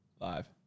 Live